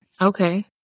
Okay